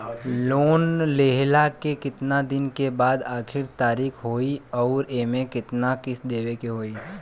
Loan लेहला के कितना दिन के बाद आखिर तारीख होई अउर एमे कितना किस्त देवे के होई?